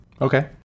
Okay